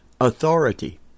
authority